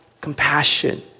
compassion